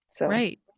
Right